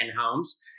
homes